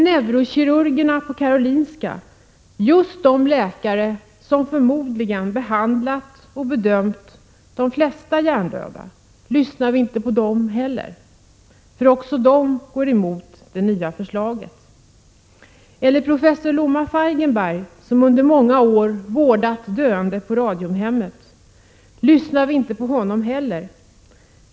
Neurokirurgerna på Karolinska, just de läkare som förmodligen behandlat och bedömt flest hjärndöda lyssnar vi inte på dem heller? Också de går ju emot det nya förslaget. Eller professor Loma Feigenberg, som under många år vårdat döende på Radiumhemmet, lyssnar vi inte på honom heller?